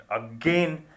again